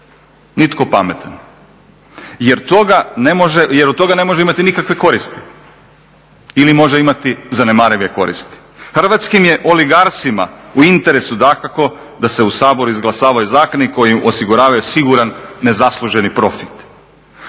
Nitko pametan jer od toga ne može imati nikakve koristi ili može imati zanemarive koristi. Hrvatskim je … u interesu dakako da se u Saboru izglasavaju zakoni koji im osiguravaju siguran nezasluženi profit.